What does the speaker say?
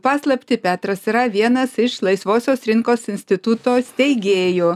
paslaptį petras yra vienas iš laisvosios rinkos instituto steigėjų